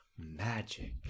magic